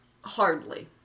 Hardly